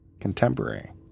Contemporary